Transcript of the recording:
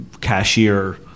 cashier